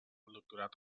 doctorat